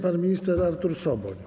Pan minister Artur Soboń.